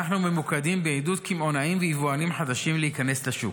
אנחנו ממוקדים בעידוד קמעונאים ויבואנים חדשים להיכנס לשוק.